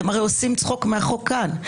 אתם הרי עושים צחוק מהחוק כאן.